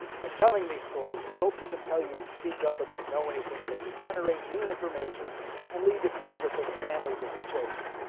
by telling these stories we hope to compel you to speak up if you know anything that could generate new information and lead to closure for the families of the children.